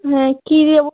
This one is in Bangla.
হ্যাঁ কী দেবো